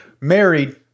married